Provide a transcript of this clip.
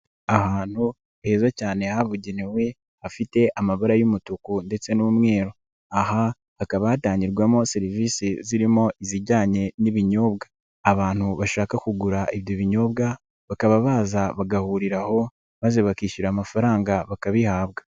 Ahantu heza cyane habugenewe hafite amabara y'umutuku ndetse n'umweru, aha hakaba hatangirwamo serivisi zirimo izijyanye n'ibinyobwa, abantu bashaka kugura ibyo binyobwa bakaba baza bagahurira aho maze bakishyura amafaranga bakabihabwa.